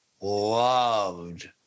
loved